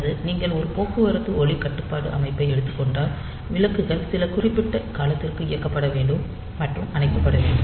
அல்லது நீங்கள் ஒரு போக்குவரத்து ஒளி கட்டுப்பாட்டு அமைப்பை எடுத்துக்கொண்டால் விளக்குகள் சில குறிப்பிட்ட காலத்திற்கு இயக்கப்பட வேண்டும் மற்றும் அணைக்கப்பட வேண்டும்